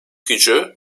gücü